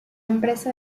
empresa